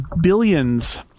Billions